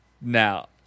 now